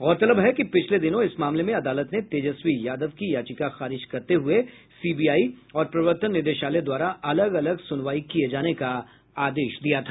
गौरतलब है कि पिछले दिनों इस मामले में अदालत ने तेजस्वी यादव की याचिका खारिज करते हुए सीबीआई और प्रवर्तन निदेशालय द्वारा अलग अलग सुनवाई किये जाने का आदेश दिया था